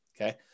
Okay